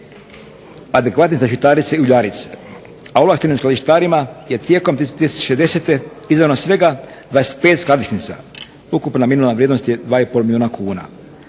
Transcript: adekvatnim za žitarice i uljarice, a ovlaštenim skladištarima je tijekom 2010. izdano svega 25 skladišnica, ukupna minimalna vrijednost je 2,5 milijuna kuna.